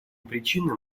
причинам